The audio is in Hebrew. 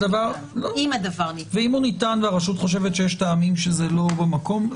ואם הוא ניתן והרשות חושבת שיש טעמים שזה לא במקום?